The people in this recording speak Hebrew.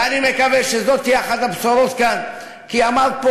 אמר פה